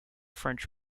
french